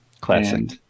Classic